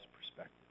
perspective